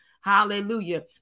Hallelujah